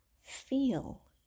Feel